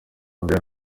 mbere